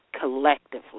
collectively